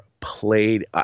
played